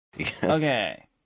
Okay